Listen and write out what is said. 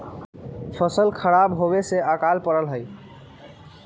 फसल खराब होवे से अकाल पडड़ा हई